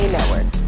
Network